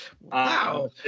Wow